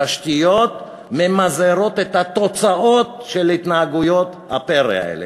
תשתיות ממזערות את התוצאות של התנהגויות הפרא האלה,